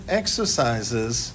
exercises